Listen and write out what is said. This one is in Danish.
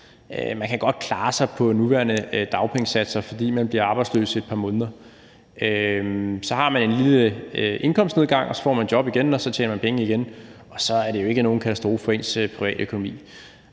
Man kan godt klare sig på den nuværende dagpengesats, selv om man bliver arbejdsløs i et par måneder. Så har man en lille indkomstnedgang, så får man et job igen, og så tjener man penge igen, og så er det jo ikke nogen katastrofe for ens privatøkonomi.